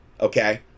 okay